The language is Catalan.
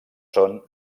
són